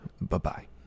Bye-bye